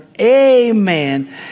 Amen